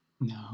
No